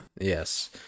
Yes